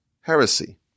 heresy